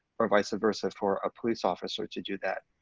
or vice versa for a police officer to do that